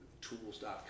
Tools.com